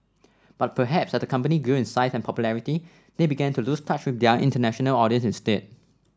but perhaps as the company grew in size and popularity they began to lose touch with their international audience instead